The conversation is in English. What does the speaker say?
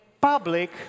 public